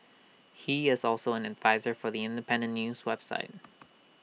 he is also an adviser for The Independent news website